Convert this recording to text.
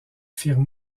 firent